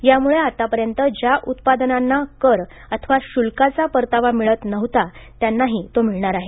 यामुळं आतापर्यंत ज्या उत्पादनांना कर अथवा शुल्काचा परतावा मिळत नव्हता त्यांनाही तो मिळणार आहे